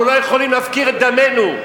אנחנו לא יכולים להפקיר את דמנו,